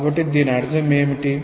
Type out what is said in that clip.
కాబట్టి దీని అర్థం ఏమిటి